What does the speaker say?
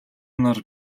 нар